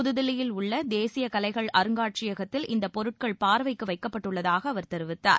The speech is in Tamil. புதுதில்லியில் உள்ள தேசிய கலைகள் அருங்காட்சியகத்தில் இந்தப் பொருட்கள் பார்வைக்கு வைக்கப்பட்டுள்ளதாக அவர் தெரிவித்தார்